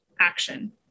action